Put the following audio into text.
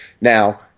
Now